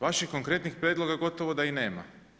Vaših konkretnih prijedloga gotovo da i nema.